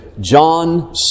John